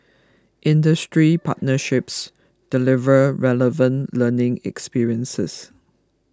industry partnerships deliver relevant learning experiences